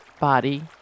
body